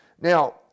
Now